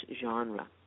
genre